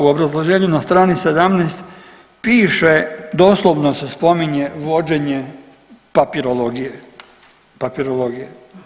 U obrazloženju na strani 17. piše, doslovno se spominje vođenje papirologije.